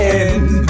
end